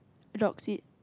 adopts it